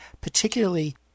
particularly